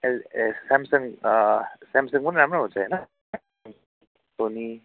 L ए Samsung सेमसँगको पनि राम्रो आउँछ होइन सोनी